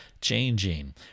changing